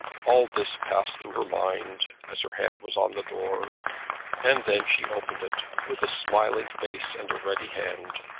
all this passed through her mind as her hand was on the door and then she opened it, with a smiling face and ready hand,